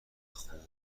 خوب